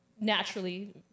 naturally